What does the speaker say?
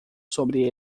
sobre